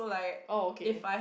oh okay